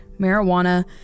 marijuana